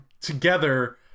together